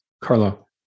Carlo